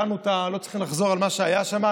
לא צריכים לחזור על מה שהיה שם.